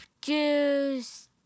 juice